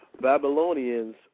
Babylonians